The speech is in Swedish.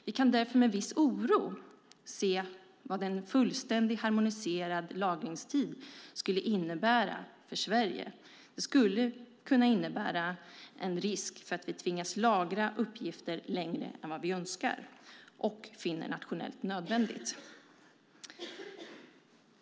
Vi kan därför med viss oro se vad en fullständigt harmoniserad lagringstid skulle innebära för Sverige. Det skulle innebära en risk att Sverige tvingas lagra uppgifter längre än vad vi önskar och finner nationellt nödvändigt.